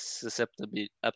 susceptibility